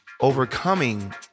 overcoming